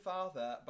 Father